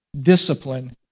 discipline